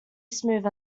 smooth